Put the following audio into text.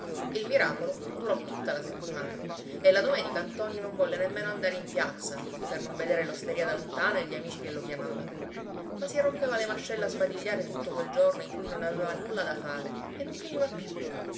il miracolo durò tutta la settimana e la domenica ntoni non volle nemmeno andare in piazza per non vedere l'osteria da lontano e gli amici che lo chiamavano ma si rompeva le mascelle a sbadigliare tutto quel giorno in cui non aveva nulla da fare e non finiva più